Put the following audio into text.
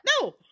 No